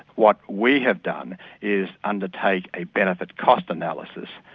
what we have done is undertake a benefit cost analysis,